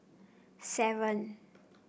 seven